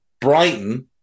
Brighton